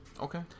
Okay